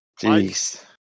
Jeez